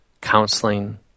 counseling